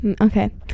Okay